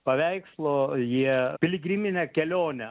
paveikslo jie piligriminę kelionę